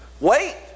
wait